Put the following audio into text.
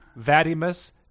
Vadimus